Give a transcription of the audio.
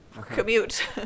commute